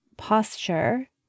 posture